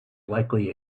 likely